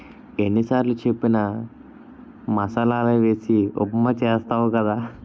ఎన్ని సారులు చెప్పిన మసాలలే వేసి ఉప్మా చేస్తావు కదా